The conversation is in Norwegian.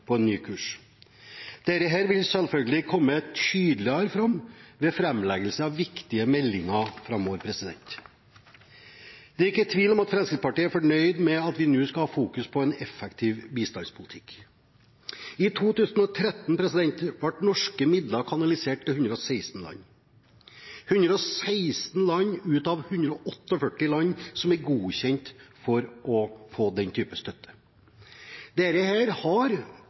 på en ny kurs. Dette vil selvfølgelig komme tydeligere fram ved framleggelse av viktige meldinger framover. Det er ikke tvil om at Fremskrittspartiet er fornøyd med at vi nå skal fokusere på en effektiv bistandspolitikk. I 2013 ble norske midler kanalisert til 116 land – 116 land av 148 land som er godkjent for den type støtte. Det har